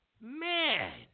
Man